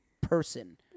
person